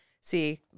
see